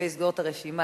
ויסגור את הרשימה,